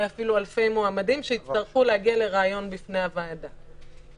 אפילו אלפי מועמדים שיצטרכו להגיע לריאיון בפני הוועדה,